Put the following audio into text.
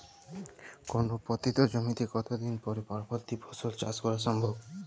কোনো পতিত জমিতে কত দিন পরে পরবর্তী ফসল চাষ করা সম্ভব?